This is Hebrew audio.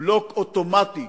בלוק אוטומטי